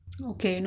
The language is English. um